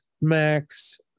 Max